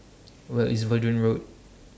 Where IS Verdun Road